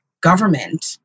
government